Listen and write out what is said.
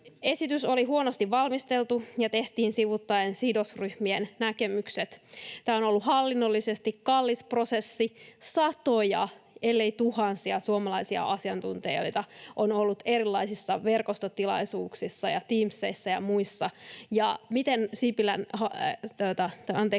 Esitys oli huonosti valmisteltu ja tehtiin sivuuttaen sidosryhmien näkemykset. Tämä on ollut hallinnollisesti kallis prosessi: satoja ellei tuhansia suomalaisia asiantuntijoita on ollut erilaisissa verkostotilaisuuksissa ja Teamseissa ja muissa, ja miten Marinin hallitus